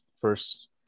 first